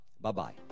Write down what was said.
Bye-bye